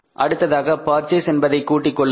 அடுத்ததாக பர்ச்சேஸ் என்பதை கூட்டிக் கொள்ளுங்கள்